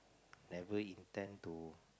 never intend to